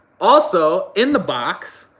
also, in the box,